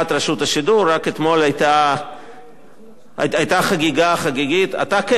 רק אתמול היתה חגיגה, אתה כן, הסיעה שלך לא.